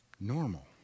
normal